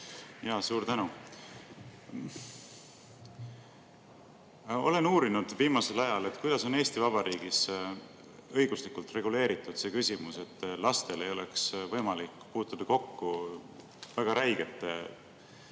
palun! Suur tänu! Olen uurinud viimasel ajal, kuidas on Eesti Vabariigis õiguslikult reguleeritud see küsimus, et lastel ei oleks võimalik puutuda kokku väga räigete,